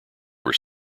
were